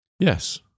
Yes